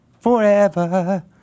forever